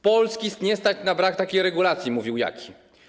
Polski nie stać na brak takiej regulacji, mówił Jaki.